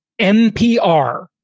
NPR